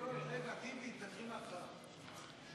רגע, טיבי, תתחיל מההתחלה, תוסיף אותי.